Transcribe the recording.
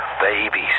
Babies